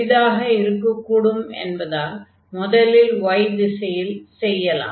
எளிதாக இருக்கக் கூடும் என்பதால் முதலில் y திசையில் செய்யலாம்